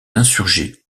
insurgés